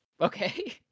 okay